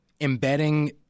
embedding